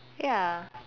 ya